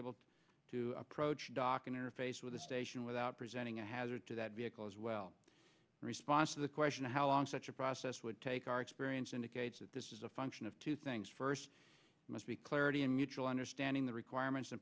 able to approach docking interface with the station without presenting a hazard to that because well response to the question of how long such a process would take our experience indicates that this is a function of two things first must be clarity and mutual understanding the requirements